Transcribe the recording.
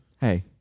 Hey